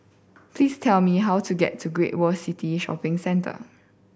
please tell me how to get to Great World City Shopping Centre